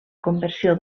conversió